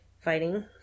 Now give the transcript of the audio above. fighting